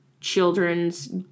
children's